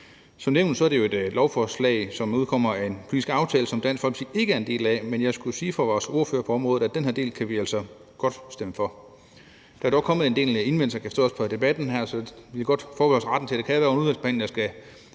Som nævnt er det jo et lovforslag, som udspringer af en politisk aftale, som Dansk Folkeparti ikke er en del af, men jeg skulle sige fra vores ordfører på området, at den her del kan vi altså godt stemme for. Der er dog kommet en del indvendinger – det kan jeg også forstå af debatten her – så vi vil godt forbeholde os retten til, at der under udvalgsbehandlingen skal